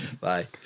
Bye